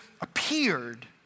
appeared